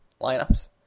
lineups